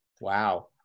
Wow